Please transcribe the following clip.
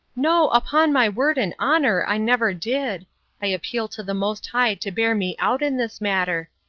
no, upon my word and honor, i never did i appeal to the most high to bear me out in this matter.